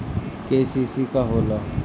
KCC का होला?